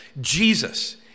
Jesus